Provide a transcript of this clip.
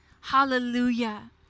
Hallelujah